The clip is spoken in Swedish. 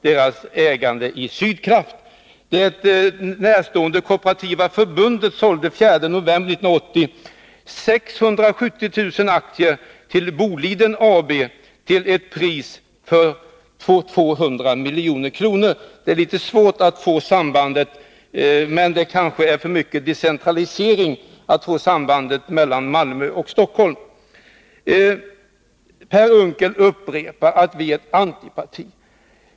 Det socialdemokraterna närstående Kooperativa förbundet sålde den 4 november 1980 670 000 aktier till Boliden AB till ett pris på 200 milj.kr. Det är litet svårt att få fram sambandet — det kanske är för mycket decentralisering — mellan Malmö och Stockholm. Per Unckel upprepar att vi är ett antiparti.